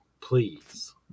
Please